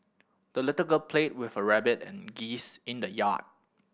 the little girl played with her rabbit and geese in the yard